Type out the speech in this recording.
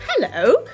Hello